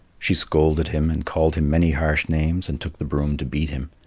she scolded him, and called him many harsh names, and took the broom to beat him.